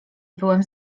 byłem